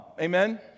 amen